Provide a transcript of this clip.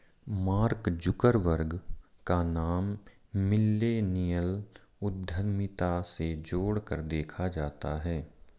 mark Zuckerberg का नाम millennial उद्यमिता से जोड़कर देखा जाता है